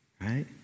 right